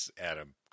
Adam